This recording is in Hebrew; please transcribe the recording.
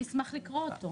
אשמח לקרוא אותו.